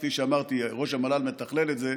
כפי שאמרתי, ראש המל"ל מתכלל את זה,